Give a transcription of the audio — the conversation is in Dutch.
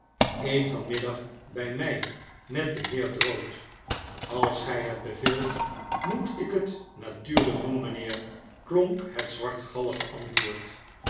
eet van middag by my met den heer drood als gy het beveelt moet ik het natuurlyk doen mynheer klonk het zwartgallige antwoord